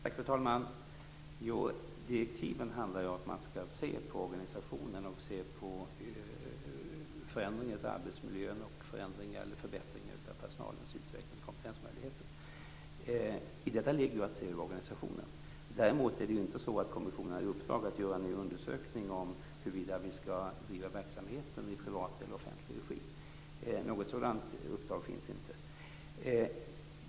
Fru talman! Jo, direktiven handlar om att man skall se på organisationen, på förändringar i arbetsmiljön och på förändringar/förbättringar av personalens utvecklings och kompetensmöjligheter. I detta ligger att se över organisationen. Däremot är det inte så att kommissionen har i uppdrag att göra en ny undersökning av om vi skall driva verksamheten i privat eller i offentlig regi. Något sådant uppdrag finns inte.